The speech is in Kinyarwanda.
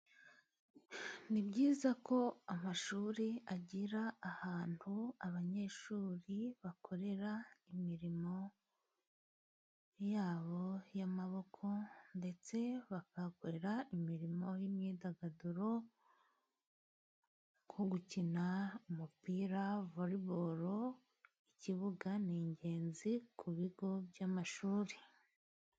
Ni byiza ko amashuri agira ahantu abanyeshuri bakorera imirimo yabo y'amaboko, ndetse bakahakorera imirimo y'imyidagaduro, nko gukina umupira, Voreboro, ikibuga ni ingenzi ku bigo by'amashuri.